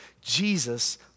Jesus